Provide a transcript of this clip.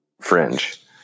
fringe